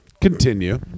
Continue